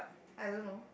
I don't know